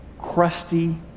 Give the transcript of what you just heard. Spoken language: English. crusty